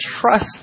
trust